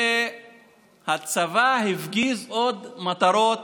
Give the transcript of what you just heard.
שהצבא הפגיז עוד מטרות